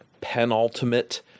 penultimate